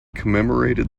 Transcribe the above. commemorated